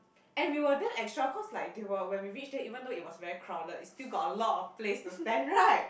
and we were damn extra cause like they were when we reach there even though it was very crowded it still got a lot of place to stand right